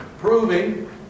Proving